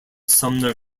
sumner